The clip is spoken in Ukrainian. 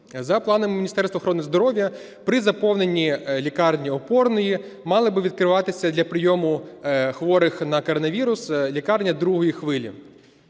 За планами Міністерства охорони здоров'я, при заповнені лікарні опорної мала би відкриватися для прийому хворих на коронавірус лікарня другої хвилі.